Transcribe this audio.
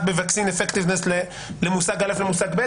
ב-vaccine effectiveness למושג א' ולמושג ב',